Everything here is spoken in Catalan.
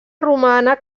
romana